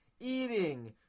eating